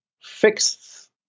fixed